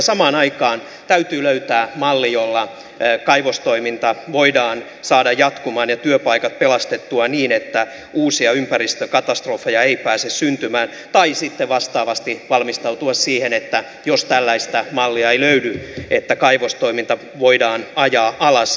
samaan aikaan täytyy löytää malli jolla kaivostoiminta voidaan saada jatkumaan ja työpaikat pelastettua niin että uusia ympäristökatastrofeja ei pääse syntymään tai sitten vastaavasti valmistautua siihen että jos tällaista mallia ei löydy kaivostoiminta voidaan ajaa alas